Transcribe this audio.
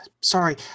sorry